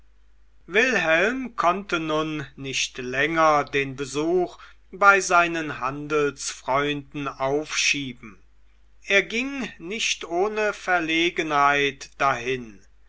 wilhelm konnte nun nicht länger den besuch bei seinen handelsfreunden aufschieben er ging nicht ohne verlegenheit dahin